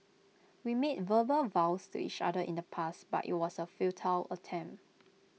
we made verbal vows to each other in the past but IT was A futile attempt